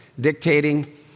dictating